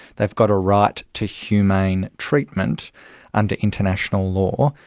they've got a right to humane treatment under international law.